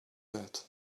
that